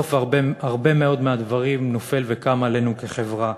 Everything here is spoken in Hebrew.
בסוף הרבה מאוד מהדברים נופל וקם עלינו כחברה.